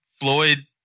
Floyd